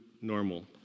normal